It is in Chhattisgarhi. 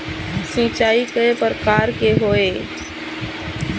सिचाई कय प्रकार के होये?